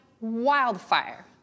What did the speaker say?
wildfire